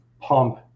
pump